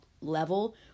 level